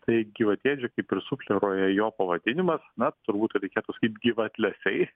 tai gyvatėdžiai kaip ir sufleruoja jo pavadinimas na turbūt kad reikėtų sakyt gyvatlesiai